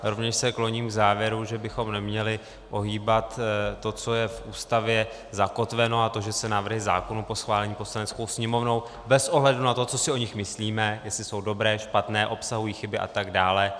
Rovněž se kloním k závěru, že bychom neměli ohýbat to, co je v Ústavě zakotveno, a to, že se návrhy zákonů po schválení Poslaneckou sněmovnou bez ohledu na to, co si o nich myslíme, jestli jsou dobré, špatné, obsahují chyby atd.